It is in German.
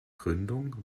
gründung